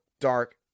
dark